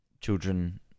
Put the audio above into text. children